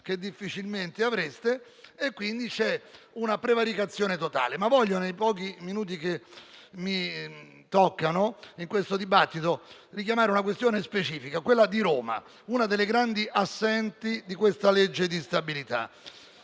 che difficilmente avreste, e quindi c'è una prevaricazione totale. Nei pochi minuti che mi spettano in questo dibattito voglio richiamare una questione specifica, quella di Roma, una delle grandi assenti di questo disegno di legge